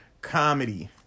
comedy